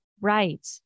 Right